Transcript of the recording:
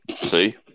See